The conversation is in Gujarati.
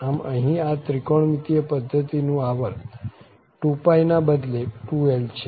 આમ અહીં આ ત્રિકોણમિતિય પધ્ધતિનું આવર્ત 2π ના બદલે 2l છે